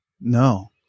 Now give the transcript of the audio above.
No